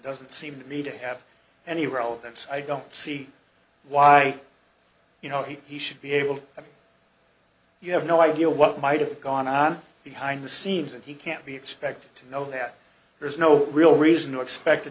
doesn't seem to me to have any relevance i don't see why you know he should be able you have no idea what might have gone on behind the scenes and he can't be expected to know that there's no real reason to expect t